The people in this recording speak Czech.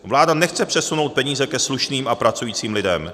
Vláda nechce přesunout peníze ke slušným a pracujícím lidem.